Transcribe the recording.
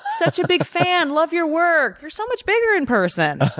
such a big fan, love your work. you're so much bigger in person.